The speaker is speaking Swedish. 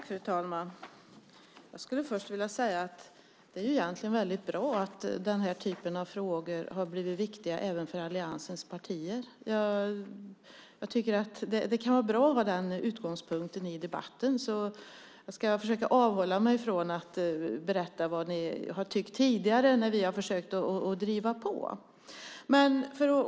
Fru talman! Jag skulle vilja börja med att säga att det egentligen är mycket bra att den här typen av frågor blivit viktiga även för allianspartierna. Det kan vara bra att ha den utgångspunkten i debatten. Jag ska därför försöka avhålla mig från att berätta vad ni tidigare tyckt när vi försökt driva på frågan.